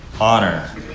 honor